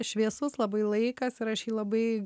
šviesus labai laikas ir aš jį labai